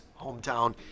hometown